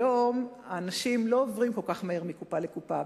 היום אנשים לא עוברים כל כך מהר מקופה לקופה.